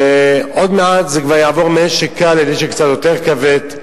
ועוד מעט זה כבר יעבור מנשק קל לנשק קצת יותר כבד,